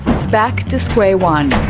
it's back to square one.